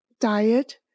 diet